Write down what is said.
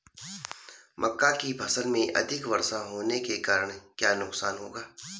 मक्का की फसल में अधिक वर्षा होने के कारण क्या नुकसान होगा?